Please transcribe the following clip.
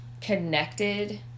connected